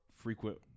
frequent